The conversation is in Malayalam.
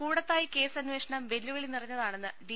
കൂടത്തായി കേസമ്പേഷണം വെല്ലുവിളി നിറഞ്ഞതാണെന്ന് ഡി